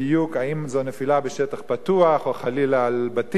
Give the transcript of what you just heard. אם זו נפילה בשטח פתוח או חלילה על בתים,